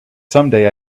someday